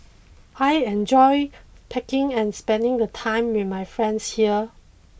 I enjoy packing and spending the time with my friends here